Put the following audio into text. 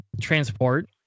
transport